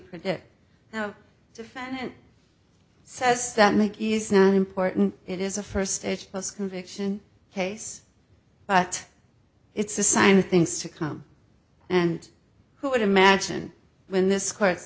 predict now defendant says that make is not important it is a first stage plus conviction case but it's a sign of things to come and who would imagine when this court